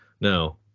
No